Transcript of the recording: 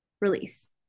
release